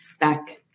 Back